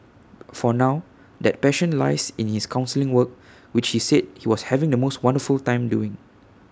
for now that passion lies in his counselling work which he said he was having the most wonderful time doing